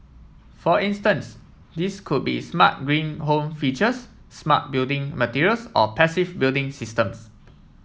for instance these could be smart green home features smart building materials or passive building systems